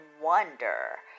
wonder